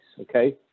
okay